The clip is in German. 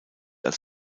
als